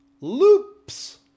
loops